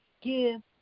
give